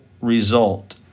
result